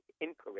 incorrect